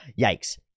Yikes